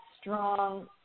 strong